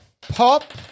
Pop